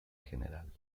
general